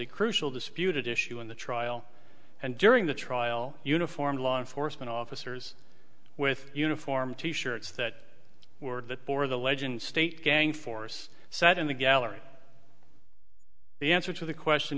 a crucial disputed issue in the trial and during the trial uniformed law enforcement officers with uniform t shirts that were that bore the legend state gang force sat in the gallery the answer to the question